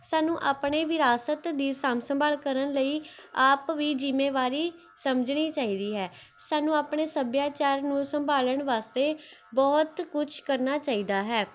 ਸਾਨੂੰ ਆਪਣੇ ਵਿਰਾਸਤ ਦੀ ਸਾਂਭ ਸੰਭਾਲ ਕਰਨ ਲਈ ਆਪ ਵੀ ਜ਼ਿੰਮੇਵਾਰੀ ਸਮਝਣੀ ਚਾਹੀਦੀ ਹੈ ਸਾਨੂੰ ਆਪਣੇ ਸੱਭਿਆਚਾਰ ਨੂੰ ਸੰਭਾਲਣ ਵਾਸਤੇ ਬਹੁਤ ਕੁਛ ਕਰਨਾ ਚਾਹੀਦਾ ਹੈ